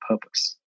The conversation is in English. purpose